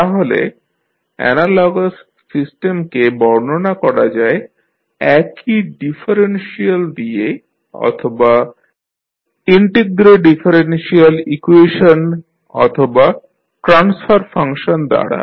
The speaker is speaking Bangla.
তাহলে অ্যানালগাস সিস্টেমকে বর্ণনা করা যায় একই ডিফারেনশিয়াল দিয়ে অথবা ইন্টিগ্রডিফারেনশিয়াল ইকুয়েশন অথবা ট্রান্সফার ফাংশন দ্বারা